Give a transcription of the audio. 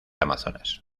amazonas